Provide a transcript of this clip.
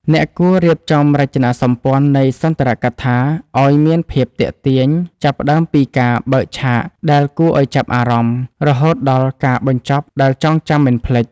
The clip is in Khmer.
អ្នកគួររៀបចំរចនាសម្ព័ន្ធនៃសន្ទរកថាឱ្យមានភាពទាក់ទាញ ចាប់ផ្ដើមពីការបើកឆាកដែលគួរឱ្យចាប់អារម្មណ៍ រហូតដល់ការបញ្ចប់ដែលចងចាំមិនភ្លេច។